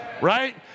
right